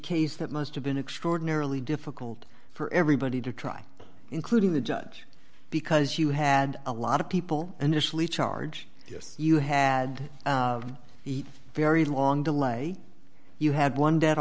case that must have been extraordinarily difficult for everybody to try including the judge because you had a lot of people and initially charge yes you had heat very long delay you had one dead